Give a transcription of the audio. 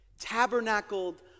tabernacled